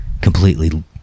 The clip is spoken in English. completely